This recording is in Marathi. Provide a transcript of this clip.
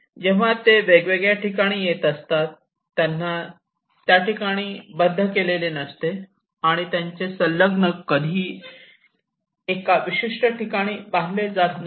जेव्हा ते वेगवेगळ्या ठिकाणी येत असतात त्यांना या ठिकाणी बद्ध केलेले नसते आणि त्यांचे संलग्नक कधीही एका विशिष्ट ठिकाणी बांधले जात नाहीत